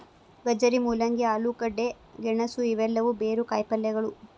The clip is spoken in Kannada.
ಗಜ್ಜರಿ, ಮೂಲಂಗಿ, ಆಲೂಗಡ್ಡೆ, ಗೆಣಸು ಇವೆಲ್ಲವೂ ಬೇರು ಕಾಯಿಪಲ್ಯಗಳು